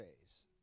phase